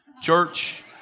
Church